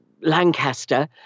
Lancaster